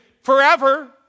forever